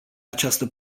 această